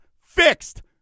fixed